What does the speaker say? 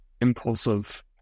impulsive